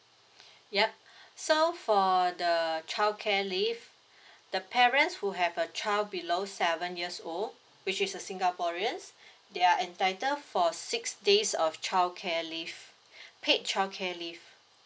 yup so for the childcare leave the parents who have a child below seven years old which is a singaporeans they are entitled for six days of childcare leave paid childcare leave